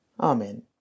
Amen